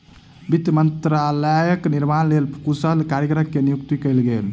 वित्त मंत्रालयक निर्माणक लेल कुशल कारीगर के नियुक्ति कयल गेल